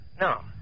No